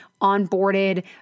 onboarded